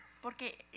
Porque